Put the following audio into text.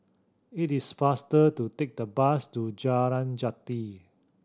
it is faster to take the bus to Jalan Jati